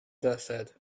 desert